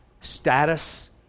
Status